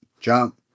jump